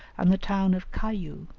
and the town of caiu,